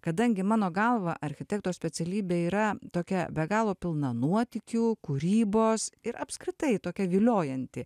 kadangi mano galva architekto specialybė yra tokia be galo pilna nuotykių kūrybos ir apskritai tokia viliojanti